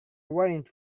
warrant